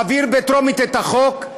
תעביר בטרומית את החוק,